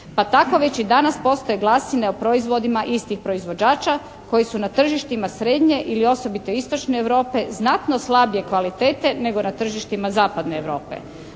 pa tako već i danas postoje glasine o proizvodima istih proizvođača koji su na tržištima srednje ili osobito istočne Europe znatno slabije kvalitete nego na tržištima zapadne Europe.